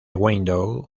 windows